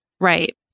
Right